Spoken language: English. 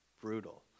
brutal